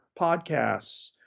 podcasts